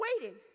Waiting